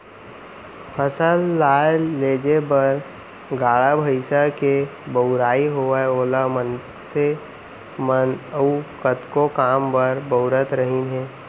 फसल लाए लेजे बर गाड़ा भईंसा के बउराई होवय ओला मनसे मन अउ कतको काम बर बउरत रहिन हें